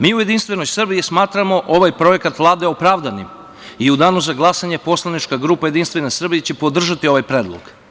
Mi u Jedinstvenoj Srbiji smatramo ovaj projekat Vlade opravdanim i u danu za glasanje poslanička grupa Jedinstvena Srbija će podržati ovaj predlog.